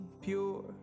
pure